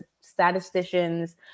statisticians